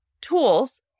tools